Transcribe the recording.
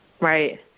Right